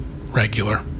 regular